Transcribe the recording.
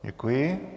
Děkuji.